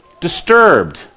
disturbed